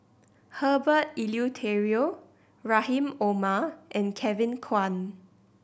Herbert Eleuterio Rahim Omar and Kevin Kwan